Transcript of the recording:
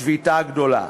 שביתה גדולה.